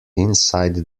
inside